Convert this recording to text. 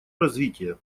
развитие